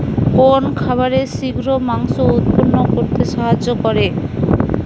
কোন খাবারে শিঘ্র মাংস উৎপন্ন করতে সাহায্য করে?